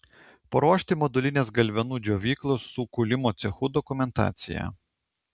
paruošti modulinės galvenų džiovyklos su kūlimo cechu dokumentaciją